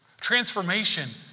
Transformation